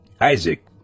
Isaac